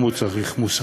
גם הוא צריך מוסר,